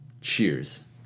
Cheers